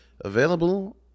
available